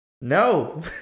No